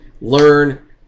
Learn